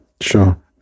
sure